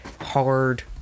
hard